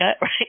right